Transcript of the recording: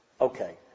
okay